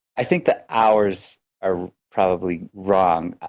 i think the hours are probably wrong.